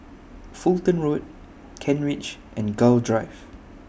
Fulton Road Kent Ridge and Gul Drive